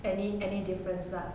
any any difference lah